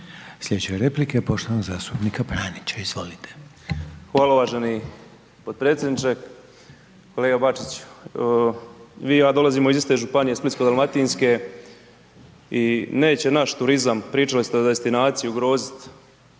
Sljedeće replike poštovanog zastupnika Pranića. Izvolite. **Pranić, Ante (NLM)** Hvala uvaženi podpredsjedniče. Kolega Bačiću, vi i ja dolazimo iz iste županije, Splitsko-dalmatinske i neće naš turizam, pričali ste o destinaciji, ugrozit